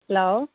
hello